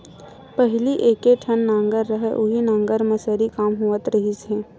पहिली एके ठन नांगर रहय उहीं नांगर म सरी काम होवत रिहिस हे